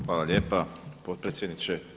Hvala lijepa potpredsjedniče.